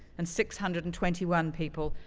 and six hundred and twenty one people,